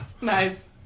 Nice